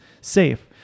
safe